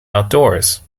outdoors